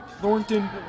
Thornton